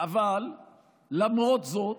אבל למרות זאת